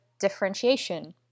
differentiation